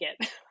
get